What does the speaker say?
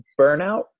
Burnout